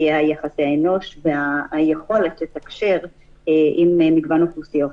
יחסי האנוש והיכולת לתקשר עם מגוון אוכלוסיות.